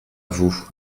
vous